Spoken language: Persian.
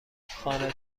خانه